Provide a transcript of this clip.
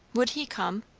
would he come?